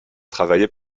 travailler